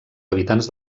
habitants